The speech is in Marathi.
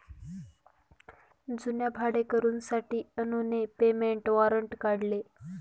जुन्या भाडेकरूंसाठी अनुने पेमेंट वॉरंट काढले